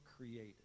created